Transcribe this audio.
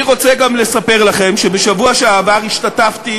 אני רוצה גם לספר לכם שבשבוע שעבר השתתפתי